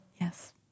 Yes